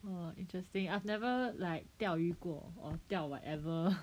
oh interesting I've never like 钓鱼过 or 钓 whatever